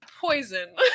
poison